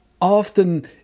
often